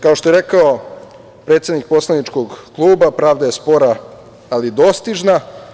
Kao što je rekao predsednik poslaničkog kluba – pravda je spora, ali dostižna.